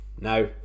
now